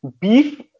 beef